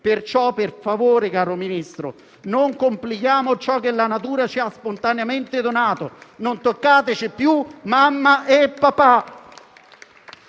Perciò, per favore, caro Ministro, non complichiamo ciò che la natura ci ha spontaneamente donato. Non toccateci più mamma e papà!